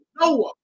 Noah